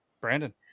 Brandon